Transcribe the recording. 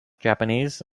japanese